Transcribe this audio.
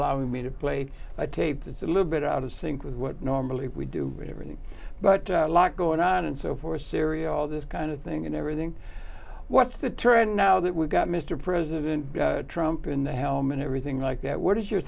allowing me to play a tape that's a little bit out of sync with what normally we do everything but a lot going on and so forth syria all this kind of thing and everything what's the trend now that we've got mr president trump in the helm and everything like that what is your